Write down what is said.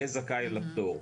יהיה זכאי לפטור.